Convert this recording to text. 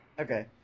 okay